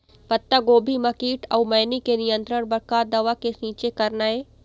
पत्तागोभी म कीट अऊ मैनी के नियंत्रण बर का दवा के छींचे करना ये?